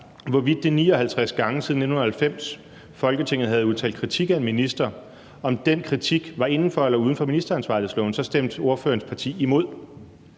hvorvidt det de 59 gange siden 1990, hvor Folketinget havde udtalt kritik af en minister, var inden for eller uden for ministeransvarlighedsloven, så stemte ordførerens parti imod.